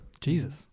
Jesus